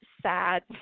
sad